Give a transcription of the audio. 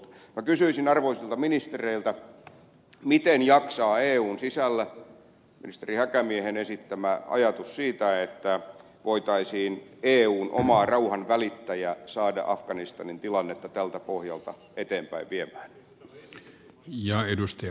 minä kysyisin arvoisilta ministereiltä miten jaksaa eun sisällä ministeri häkämiehen esittämä ajatus siitä että voitaisiin eun oma rauhanvälittäjä saada afganistanin tilannetta tältä pohjalta eteenpäin viemään